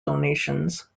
donations